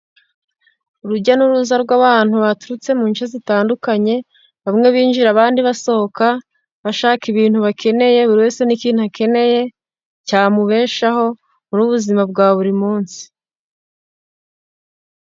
Urujya n'uruza rw'abantu baturutse mu bice bitandukanye, bamwe binjira abandi basohoka, bashaka ibintu bakeneye, buri wese n'ikintu akeneye cyamubeshaho mubuzima bwa buri munsi.